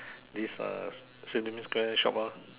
this uh Sim-Lim-Square shop ah